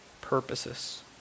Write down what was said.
purposes